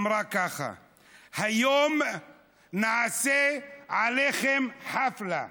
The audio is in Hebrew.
אמרה ככה: היום נעשה עליכם חפלה,